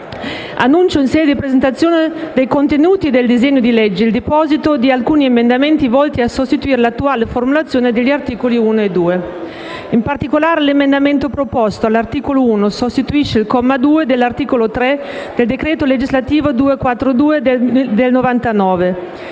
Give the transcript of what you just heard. Annuncio, in sede di presentazione dei contenuti del disegno di legge, il deposito di alcuni emendamenti volti a sostituire l'attuale formulazione degli articoli 1 e 2. In particolare, l'emendamento proposto all'articolo 1 sostituisce il comma 2 dell'articolo 3 del decreto legislativo n. 242 del 1999.